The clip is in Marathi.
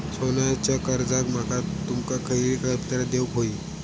सोन्याच्या कर्जाक माका तुमका खयली कागदपत्रा देऊक व्हयी?